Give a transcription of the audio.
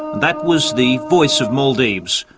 that was the voice of maldives,